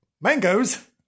mangoes